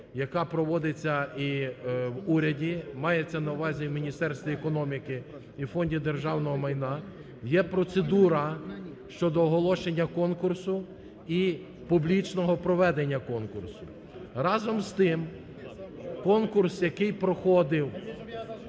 яка проводиться і в уряді, мається на увазі в Міністерстві економіки і Фонді державного майна, є процедура щодо оголошення конкурсу і публічного проведення конкурсу. Разом з тим, конкурс, який проходив